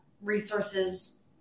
resources